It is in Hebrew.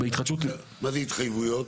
מה זה התחייבויות?